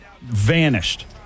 vanished